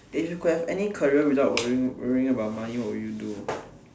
if you could have any career without worrying worrying about money what would you do